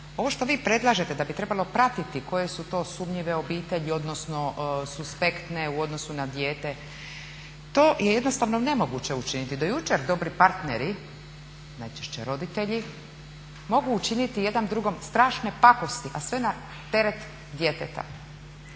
Ovo što vi predlažete da bi trebalo pratiti koje su to sumnjive obitelji odnosno suspektne u odnosu na dijete, to je jednostavno nemoguće učiniti. Do jučer dobri partneri, najčešće roditelji, mogu učiniti jedan drugom strašne pakosti a sve na teret djeteta.